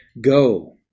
Go